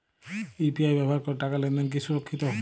UPI ব্যবহার করে টাকা লেনদেন কি সুরক্ষিত?